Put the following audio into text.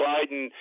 Biden